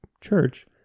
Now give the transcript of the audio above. church